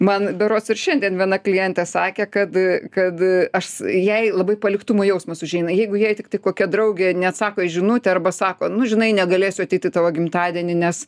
man berods ir šiandien viena klientė sakė kad kad aš jai labai paliktumo jausmas užeina jeigu jai tiktai kokia draugė neatsako į žinutę arba sako nu žinai negalėsiu ateit į tavo gimtadienį nes